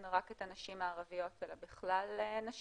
רק את הנשים הערביות אלא בכלל נשים.